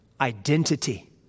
identity